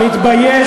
מתבייש.